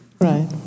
Right